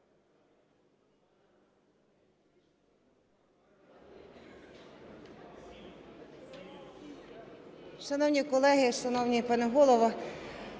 Шановні колеги, шановний пане Голово,